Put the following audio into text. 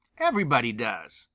everybody does,